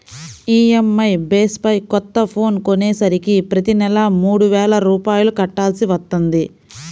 EMI base పై కొత్త phone కొనేసరికి ప్రతి నెలా మూడు వేల రూపాయలు కట్టాల్సి వత్తంది